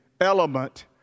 element